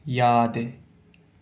ꯌꯥꯗꯦ